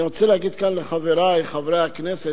אני רוצה להגיד כאן לחברי חברי הכנסת,